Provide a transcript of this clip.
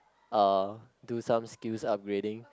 uh do some skills upgrading